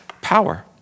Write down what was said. power